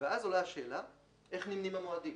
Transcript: ואז עולה השאלה איך נמנים המועדים.